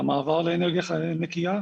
והמעבר לאנרגיה נקייה,